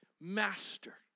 Master